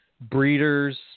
breeders